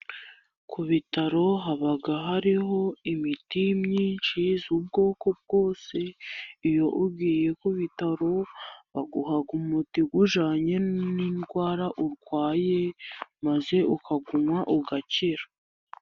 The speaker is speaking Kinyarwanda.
Ku bitaro haba hariho imiti myinshi y'ubwoko bwose. Iyo ugiye ku bitaro baguha umuti ujyanye n'indwara urwaye, maze ukawunwa ugakira.